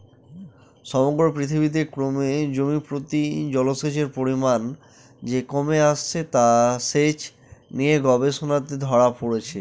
সমগ্র পৃথিবীতে ক্রমে জমিপ্রতি জলসেচের পরিমান যে কমে আসছে তা সেচ নিয়ে গবেষণাতে ধরা পড়েছে